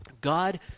God